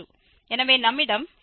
எனவே நம்மிடம் L0xx0 x1 உள்ளது